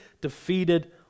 defeated